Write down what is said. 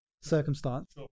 circumstance